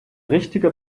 richtige